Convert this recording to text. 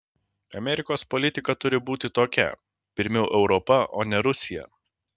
amerikos politika turi būti tokia pirmiau europa o ne rusija